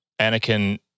Anakin